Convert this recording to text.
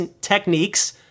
techniques